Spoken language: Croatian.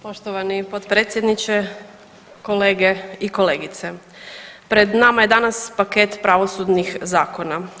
Poštovani potpredsjedniče, kolege i kolegice pred nama je danas paket pravosudnih zakona.